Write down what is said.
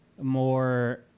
more